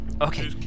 Okay